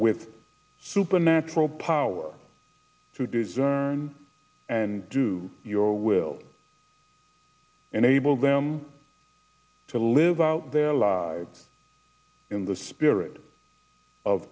with supernatural power to design and do your will enable them to live out their lives in the spirit of